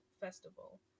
festival